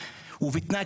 ובתנאי,